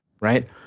right